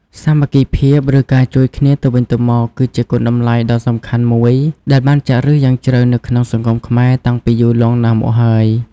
សាមគ្គីភាព ឬការជួយគ្នាទៅវិញទៅមក គឺជាគុណតម្លៃដ៏សំខាន់មួយដែលបានចាក់ឫសយ៉ាងជ្រៅនៅក្នុងសង្គមខ្មែរតាំងពីយូរលង់ណាស់មកហើយ។